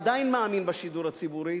עדיין מאמין בשידור הציבורי,